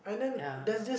ya